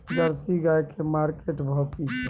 Jersey गाय की market भाव की छै?